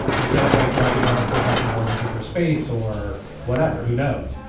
instead of like driving around for half an hour looking for space or whatever. who knows?